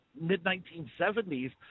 mid-1970s